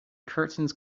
curtains